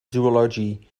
zoology